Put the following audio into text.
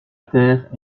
terre